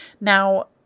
Now